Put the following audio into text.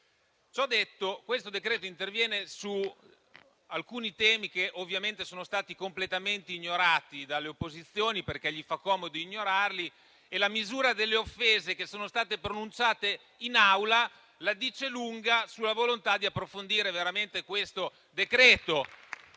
questo decreto-legge interviene su alcuni temi che ovviamente sono stati completamente ignorati dalle opposizioni, perché fa loro comodo ignorarli. La misura delle offese che sono state pronunciate in Aula la dice lunga sulla volontà di approfondire veramente questo decreto.